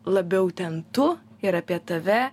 labiau ten tu ir apie tave